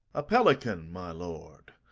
a pelican, my lord,